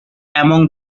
among